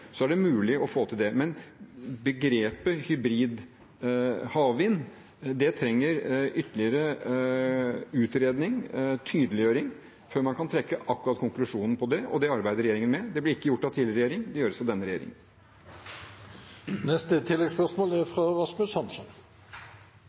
er det mulig å få til det. Men begrepet «hybrid havvind» trenger ytterligere utredning og tydeliggjøring før man kan trekke en konklusjon på akkurat det. Det arbeider regjeringen med. Det ble ikke gjort av tidligere regjering, det gjøres av denne